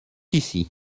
ici